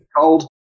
Cold